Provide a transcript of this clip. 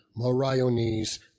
moriones